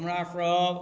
हमरा सब